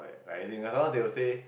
like as in there's sometimes they will say